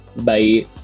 Bye